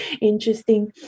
interesting